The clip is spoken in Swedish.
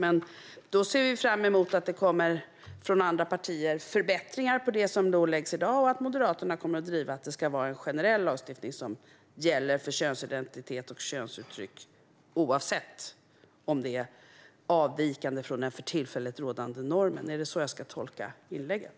Vi ser fram emot att det kommer förbättringar från andra partier av det som läggs fram i dag och att Moderaterna kommer att driva att det ska vara en generell lagstiftning som gäller för könsidentitet och könsuttryck - oavsett om de är avvikande från den för tillfället rådande normen. Är det så jag ska tolka inlägget?